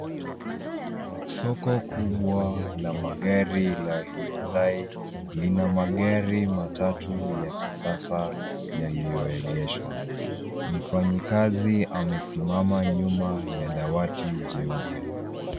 Soko kubwa la magari la hyundai. Lina magari matatu ya kisasa yaliyoegeshwa. Mfanyikazi amesimama nyuma ya dawati jeupe.